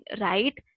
right